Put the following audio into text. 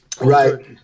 Right